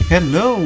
Hello